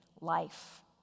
life